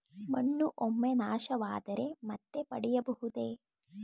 ಮಣ್ಣು ಒಮ್ಮೆ ನಾಶವಾದರೆ ಮತ್ತೆ ಪಡೆಯಬಹುದೇ?